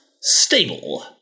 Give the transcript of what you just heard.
stable